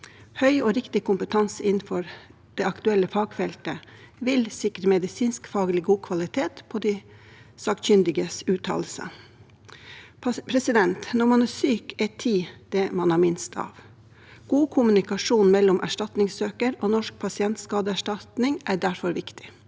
Høy og riktig kompetanse innenfor det aktuelle fagfeltet vil sikre medisinskfaglig god kvalitet på de sakkyndiges uttalelse. Når man er syk, er tid det man har minst av. God kommunikasjon mellom erstatningssøker og Norsk pasientskadeerstatning er derfor viktig.